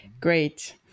Great